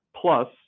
plus